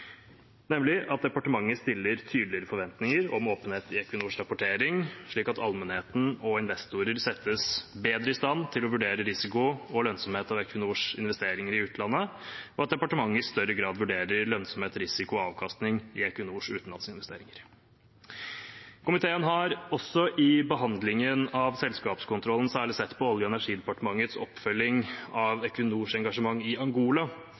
nemlig at departementet stiller tydelige forventninger om åpenhet i Equinors rapportering, slik at allmennheten og investorer settes bedre i stand til å vurdere risiko og lønnsomhet av Equinors investeringer i utlandet, og at departementet i større grad vurderer lønnsomhet, risiko og avkastning i Equinors utenlandsinvesteringer. Komiteen har også i behandlingen av selskapskontrollen særlig sett på Olje- og energidepartementets oppfølging av Equinors engasjement i Angola